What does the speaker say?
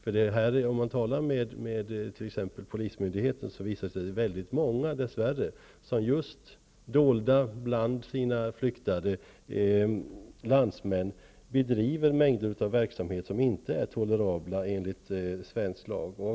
Vid samtal med t.ex. polismyndigheten visar det sig att det dess värre är väldigt många som just dolda bland sina flyktade landsmän bedriver mängder av verksamhet som inte är tolerabel enligt svensk lagstiftning.